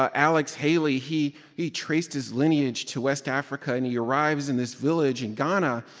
ah alex haley, he he traced his lineage to west africa. and he arrives in this village in ghana.